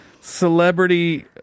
celebrity